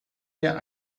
mir